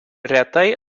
retai